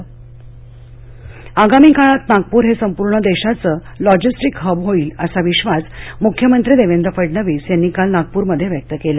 मख्यमंत्री आगामी काळात नागपूर हे संपूर्ण देशाचं लॉजिस्टिक हब होईल असा विश्वास मुख्यमंत्री देवेंद्र फडणवीस यांनी काल नागप्रमध्ये व्यक्त केला